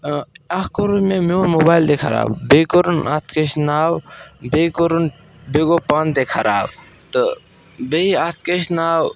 ٲں اَکھ کوٚرُن مےٚ میوٗن موبایل تہِ خراب بیٚیہِ کوٚرُن اَتھ کیاہ چھِ ناو بیٚیہِ کوٚرُن بیٚیہِ گوٚو پانہٕ تہِ خراب تہٕ بیٚیہِ اَتھ کیاہ چھِ ناو